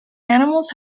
animals